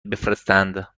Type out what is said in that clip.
بفرستند